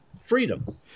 freedom